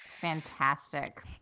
Fantastic